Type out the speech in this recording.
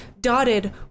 dotted